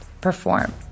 Perform